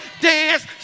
dance